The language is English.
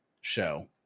show